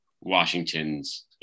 Washington's